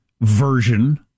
version